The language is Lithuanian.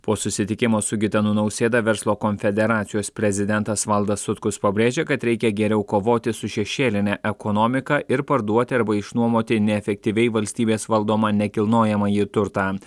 po susitikimo su gitanu nausėda verslo konfederacijos prezidentas valdas sutkus pabrėžė kad reikia geriau kovoti su šešėline ekonomika ir parduoti arba išnuomoti neefektyviai valstybės valdomą nekilnojamąjį turtą